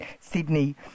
Sydney